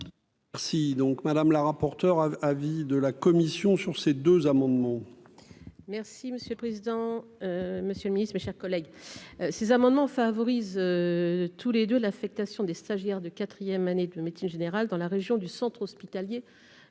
donc madame la rapporteure, avis de la commission sur ces deux amendements.